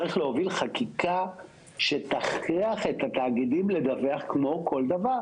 צריך להוביל חקיקה שתכריח את התאגידים לדווח כמו כל דבר.